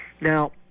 Now